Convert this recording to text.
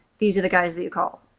these are the guys that you call.